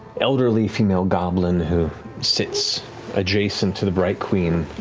elderly female goblin who sits adjacent to the bright queen,